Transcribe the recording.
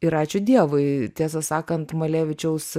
ir ačiū dievui tiesą sakant malevičiaus